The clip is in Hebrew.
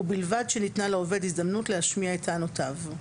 ובלבד שניתנה לעובד הזדמנות להשמיע את טענותיו.